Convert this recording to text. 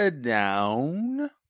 down